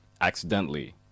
accidentally